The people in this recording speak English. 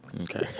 Okay